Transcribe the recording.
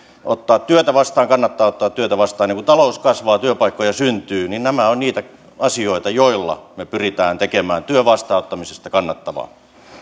ottaa työtä vastaan että kannattaa ottaa työtä vastaan ja kun talous kasvaa työpaikkoja syntyy niin nämä ovat niitä asioita joilla me pyrimme tekemään työn vastaanottamisesta kannattavaa